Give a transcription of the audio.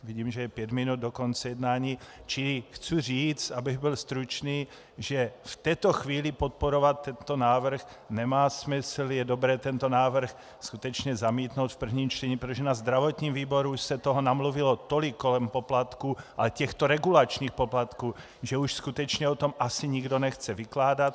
Vidím, že je pět minut do konce jednání, čili chci říct, abych byl stručný, že v této chvíli podporovat tento návrh nemá smysl, je dobré tento návrh skutečně zamítnout v prvním čtení, protože na zdravotním výboru už se toho namluvilo tolik kolem poplatků a těchto regulačních poplatků, že už skutečně o tom asi nikdo nechce vykládat.